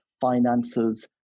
finances